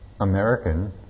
American